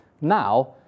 Now